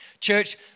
Church